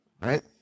right